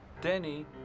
Denny